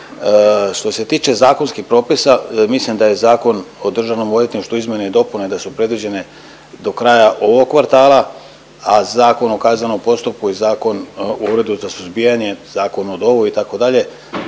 Što se tiče zakonskih propisa mislim da je Zakon o državnom odvjetništvu izmjene i dopune da su predviđene do kraja ovog kvartala, a Zakon o kaznenom postupku i Zakon o uredu za suzbijanje, Zakon o DOV-u itd. da